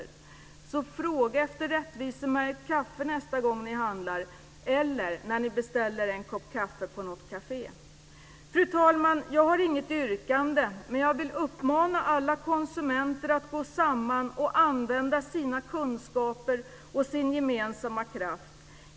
Fråga därför efter rättvisemärkt kaffe nästa gång som ni handlar eller när ni beställer en kopp kaffe på ett kafé. Fru talman! Jag har inget yrkande, men jag vill uppmana alla konsumenter att gå samman och använda sina kunskaper och sin gemensamma kraft.